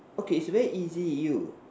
okay is very easy you